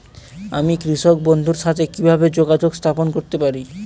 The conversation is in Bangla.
আমি কৃষক বন্ধুর সাথে কিভাবে যোগাযোগ স্থাপন করতে পারি?